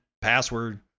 password